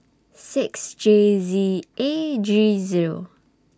six J Z A G Zero